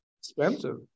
Expensive